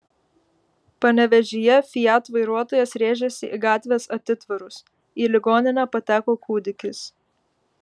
panevėžyje fiat vairuotojas rėžėsi į gatvės atitvarus į ligoninę pateko kūdikis